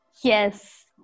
Yes